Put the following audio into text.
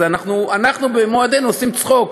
אנחנו במו-ידינו עושים צחוק: